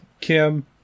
Kim